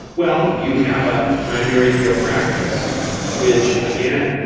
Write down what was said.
well, you have a primary care practice which, again,